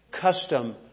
custom